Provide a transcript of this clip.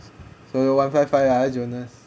so one five five ah joans